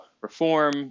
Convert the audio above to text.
reform